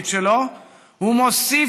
ולכן,